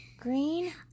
Green